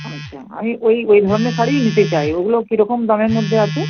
আচ্ছা আমি ওই ওই ধরনের শাড়িই নিতে চাই ওগুলো কী রকম দামের মধ্যে আছে